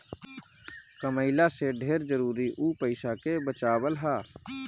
कमइला से ढेर जरुरी उ पईसा के बचावल हअ